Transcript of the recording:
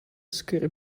scary